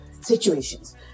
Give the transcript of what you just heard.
situations